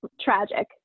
tragic